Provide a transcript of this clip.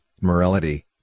morality